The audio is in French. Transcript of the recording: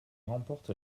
remporte